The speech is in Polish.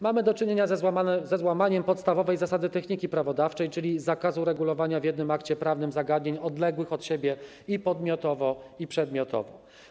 Mamy do czynienia ze złamaniem podstawowej zasady techniki prawodawczej, czyli zakazu regulowania w jednym akcie prawnym zagadnień odległych od siebie i podmiotowo, i przedmiotowo.